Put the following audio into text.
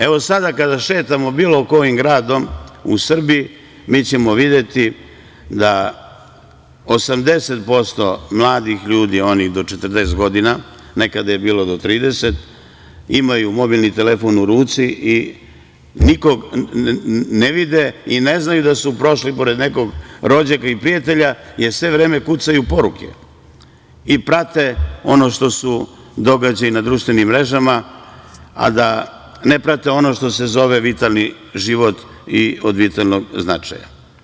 Evo, sada kada šetamo bilo kojim gradom u Srbiji, mi ćemo videti da 80% mladih ljudi, onih do 40 godina, nekada je bilo do 30, imaju mobilni telefon u ruci i nikog ne vide i ne znaju da su prošli pored nekog rođaka i prijatelja, jer sve vreme kucaju poruke i prate ono što su događaji na društvenim mrežama, a ne prate ono što se zove vitalni život i ono što je od vitalnog značaja.